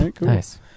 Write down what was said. Nice